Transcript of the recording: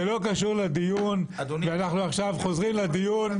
אנחנו חוזרים עכשיו לדיון.